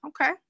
okay